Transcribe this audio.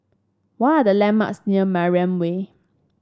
what are the landmarks near Mariam Way